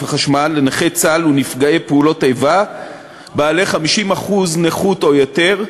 החשמל לנכי צה"ל ונפגעי פעולות איבה בעלי 50% נכות או יותר.